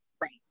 Right